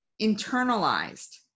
internalized